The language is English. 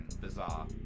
Bizarre